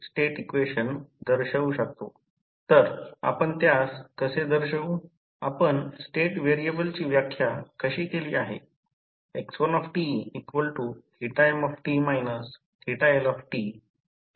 दुसरा AC 2300 volt घेऊ शकतो दुसरा BC 2300 व्होल्ट आणि AC 11500 व्होल्ट चा असू शकतो फक्त मी फक्त ज्या 2 जोडण्यांची शक्यता आहे ते पाहतो